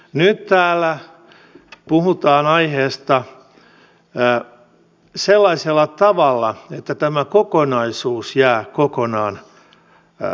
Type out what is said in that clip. nyt täällä puhutaan aiheesta sellaisella tavalla että tämä kokonaisuus jää kokonaan hämärään